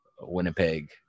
Winnipeg